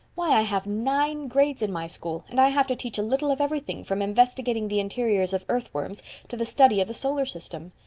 why, i have nine grades in my school and i have to teach a little of everything, from investigating the interiors of earthworms to the study of the solar system.